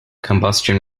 combustion